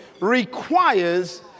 requires